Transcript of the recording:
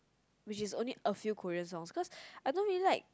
which is only a few Korean songs because I don't really like